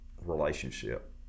relationship